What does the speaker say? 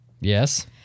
Yes